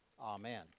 Amen